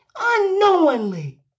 unknowingly